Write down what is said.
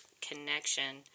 connection